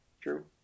true